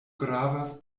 gravas